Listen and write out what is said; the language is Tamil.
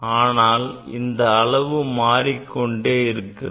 ஆனால் இந்த அளவு மாறிக்கொண்டே இருக்கிறது